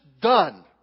done